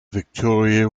victoria